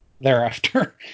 thereafter